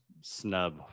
snub